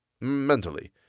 Mentally